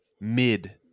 mid